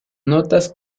notas